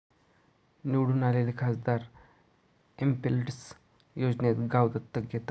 निवडून आलेले खासदार एमपिलेड्स योजनेत गाव दत्तक घेतात